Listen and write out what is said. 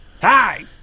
Hi